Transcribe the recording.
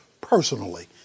personally